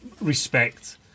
respect